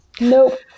nope